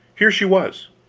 here she was,